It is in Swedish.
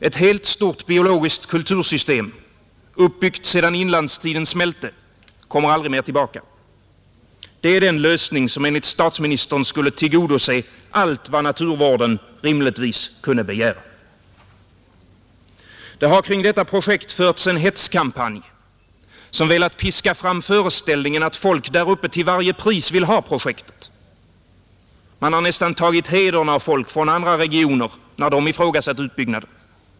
Ett helt stort biologiskt kultursystem, uppbyggt sedan inlandsisen smälte, kommer aldrig mer tillbaka, Det är den lösning som enligt statsministern skulle tillgodose allt vad naturvården rimligtvis kunde begära, Det har kring detta projekt förts en hetskampanj, som velat piska fram föreställningen att folk där uppe till varje pris vill ha projektet, Man har nästan tagit hedern av folk från andra regioner när de ifrågasatt utbyggnaden.